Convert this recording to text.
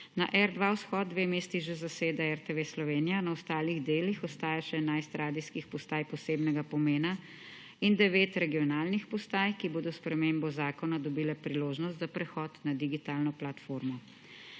Na R2 - vzhod dve mesti že zaseda RTV Slovenija, na ostalih delih ostaja še 11 radijskih postaj posebnega pomena in 9 regionalnih postaj, ki bodo s spremembo zakona dobile priložnost za prehod na digitalno platformo.